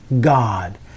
God